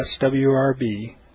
swrb